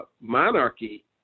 monarchy